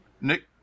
Nick